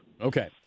Okay